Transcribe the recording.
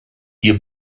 hier